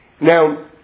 Now